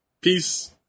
Peace